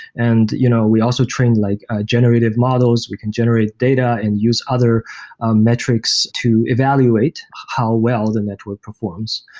and you know we also trained like generated models. we can generate data and use other ah metrics to evaluate how well the network performs.